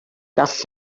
gall